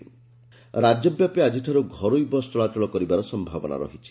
ଗଡ଼ିବ ବସ ରାକ୍ୟ ବ୍ୟାପି ଆଜିଠାରୁ ଘରୋଇ ବସ୍ ଚଳାଚଳ କରିବାର ସୟାବନା ରହିଛି